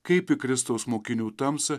kaip į kristaus mokinių tamsą